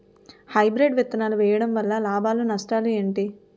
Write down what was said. Hybrid విత్తనాలు వేయటం వలన లాభాలు నష్టాలు ఏంటి?